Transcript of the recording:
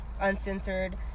uncensored